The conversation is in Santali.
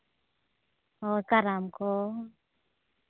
ᱠᱟᱨᱟᱢ ᱠᱚ